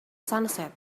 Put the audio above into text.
sunset